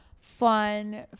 fun